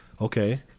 Okay